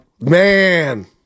Man